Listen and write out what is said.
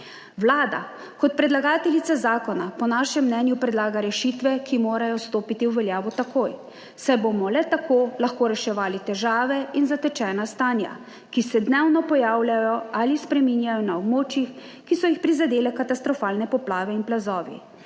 Vlada kot predlagateljica zakona po našem mnenju predlaga rešitve, ki morajo stopiti v veljavo takoj, saj bomo le tako lahko reševali težave in zatečena stanja, ki se dnevno pojavljajo ali spreminjajo na območjih, ki so jih prizadele katastrofalne poplave in plazovi.